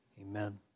Amen